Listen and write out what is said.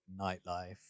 nightlife